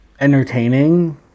entertaining